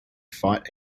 fight